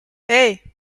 hey